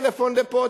טלפון לפה,